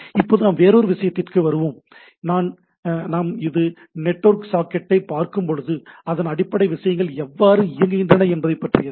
இப்போது நாம் வேறொரு விஷயத்திற்கு வருவோம் இது நாம் ஒரு நெட்வொர்க் சாக்கெட்டைப் பார்க்கும் போது அதன் அடிப்படை விஷயங்கள் எவ்வாறு இயங்குகின்றன என்பதைப் பற்றியது